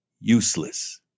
useless